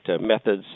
methods